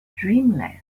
dreamland